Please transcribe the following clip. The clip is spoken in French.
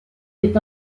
est